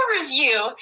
review